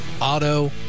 auto